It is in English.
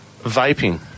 vaping